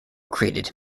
created